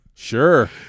Sure